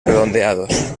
redondeados